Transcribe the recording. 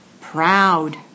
proud